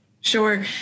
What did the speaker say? Sure